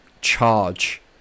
charge